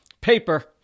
Paper